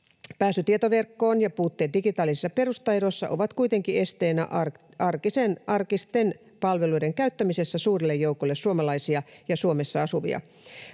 pääsy tietoverkkoon ja puutteet digitaalisissa perustaidoissa ovat kuitenkin esteenä arkisten palveluiden käyttämisessä suurelle joukolle suomalaisia ja Suomessa asuvia.